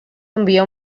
enviar